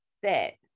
fit